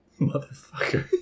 Motherfucker